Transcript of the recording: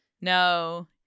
no